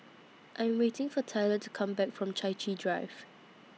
I'm waiting For Tylor to Come Back from Chai Chee Drive